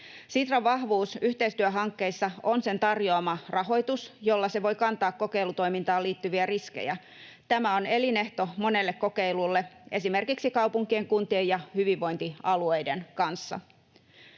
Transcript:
Sitran vahvuus yhteistyöhankkeissa on sen tarjoama rahoitus, jolla se voi kantaa kokeilutoimintaan liittyviä riskejä. Tämä on elinehto monelle kokeilulle esimerkiksi kaupunkien, kuntien ja hyvinvointialueiden kanssa.